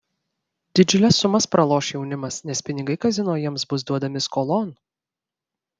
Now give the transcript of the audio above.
didžiules sumas praloš jaunimas nes pinigai kazino jiems bus duodami skolon